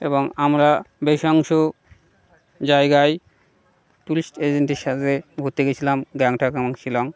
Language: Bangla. এবং আমরা বেশ অংশ জায়গায় টুরিস্ট এজেন্টের সাথে ঘুরতে গেছিলাম গ্যাংটক এবং শিলং